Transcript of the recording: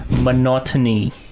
Monotony